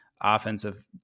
offensive